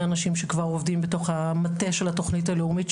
אנשים שעובדים בתוך המטה של התכנית הלאומית,